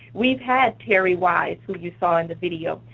we've had terry wise, who you saw in the video.